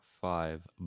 five